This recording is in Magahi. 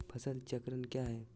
फसल चक्रण क्या है?